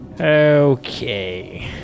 Okay